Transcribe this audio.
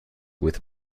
with